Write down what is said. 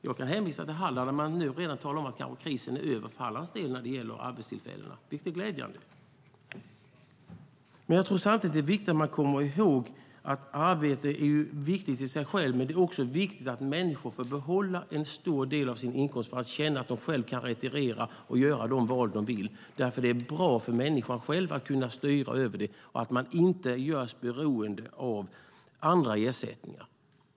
Jag kan hänvisa till Halland, där man redan nu talar om att krisen kanske är över för deras del när det gäller arbetstillfällena. Det är glädjande. Samtidigt tror jag att det är viktigt att man kommer ihåg att arbete är viktigt i sig självt, men det är också viktigt att människor får behålla en stor del av sin inkomst för att känna att de själva kan retirera och göra de val de vill. Det är bra för människan själv att kunna styra över detta. Man ska inte göras beroende av andra ersättningar.